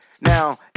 Now